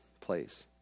place